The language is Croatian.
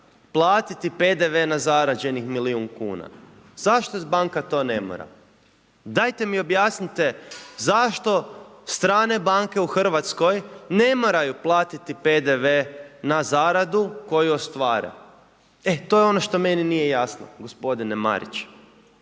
platiti PDV na zarađenih milijun kuna. Zašto banka to ne mora? Dajte mi objasnite zašto strane banke u Hrvatskoj ne moraju platiti PDV na zaradu koju ostvare? E to je ono što meni nije jasno, gospodine Marić.